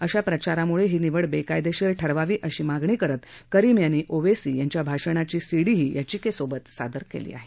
अशा प्रचारामुळे ही निवड बेकायदेशीर ठरवावी अशी मागणी करत करीम यांनी ओवेसी यांच्या भाषणाची सीडीही याचिकेसोबत सादर केली आहे